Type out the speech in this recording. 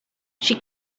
she